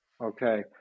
okay